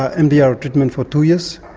ah mdr treatment for two years,